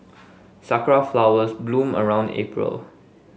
sakura flowers bloom around April